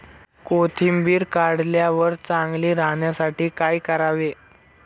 कोथिंबीर काढल्यावर चांगली राहण्यासाठी काय करावे?